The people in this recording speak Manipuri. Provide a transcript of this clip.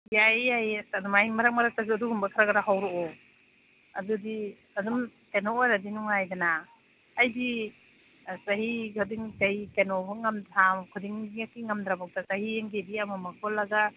ꯌꯥꯏꯌꯦ ꯌꯥꯏꯌꯦ ꯑꯗꯨꯃꯥꯏꯅ ꯃꯔꯛ ꯃꯔꯛꯇꯁꯨ ꯑꯗꯨꯒꯨꯝꯕ ꯈꯔ ꯈꯔ ꯍꯧꯔꯛꯑꯣ ꯑꯗꯨꯗꯤ ꯑꯗꯨꯝ ꯀꯩꯅꯣ ꯑꯣꯏꯔꯗꯤ ꯅꯨꯡꯉꯥꯏꯗꯅ ꯑꯩꯗꯤ ꯆꯍꯤ ꯈꯨꯗꯤꯡ ꯆꯍꯤ ꯀꯩꯅꯣ ꯐꯥꯎ ꯊꯥ ꯈꯨꯗꯤꯡꯒꯤ ꯉꯝꯗ꯭ꯔꯐꯥꯎꯗ ꯆꯍꯤ ꯑꯝꯒꯤꯗꯤ ꯑꯃꯨꯛ ꯃꯨꯛ ꯄꯨꯜꯂꯒ